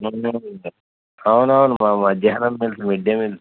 అవునవును మధ్యాహ్నం meals mid day meals